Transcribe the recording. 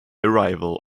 arrival